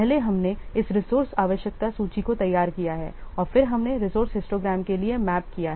पहले हमने इस रिसोर्से आवश्यकता सूची को तैयार किया है और फिर हमने रिसोर्से हिस्टोग्राम के लिए मैप किया है